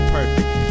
Perfect